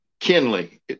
Kenley